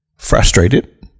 Frustrated